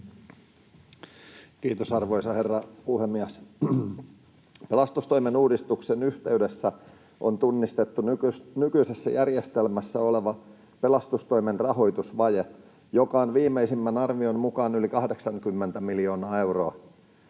Kiitos, arvoisa herra puhemies! Pelastustoimen uudistuksen yhteydessä on tunnistettu nykyisessä järjestelmässä oleva pelastustoimen rahoitusvaje, joka on viimeisimmän arvion mukaan yli 80 miljoonaa euroa.